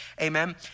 Amen